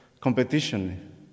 competition